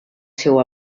seu